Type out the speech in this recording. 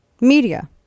Media